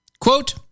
Quote